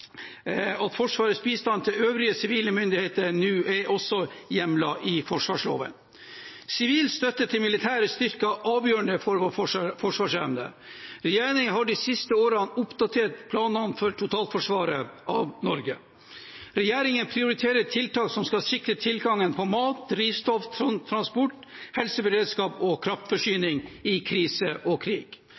Forsvarets bistand til øvrige sivile myndigheter nå også hjemlet i forsvarsloven. Sivil støtte til militære styrker er avgjørende for vår forsvarsevne. Regjeringen har de siste årene oppdatert planene for totalforsvaret av Norge. Regjeringen prioriterer tiltak som skal sikre tilgangen på mat, drivstoff, transport, helseberedskap og kraftforsyning i krise og krig.